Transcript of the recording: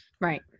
Right